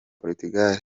portugal